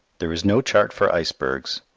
there is no chart for icebergs,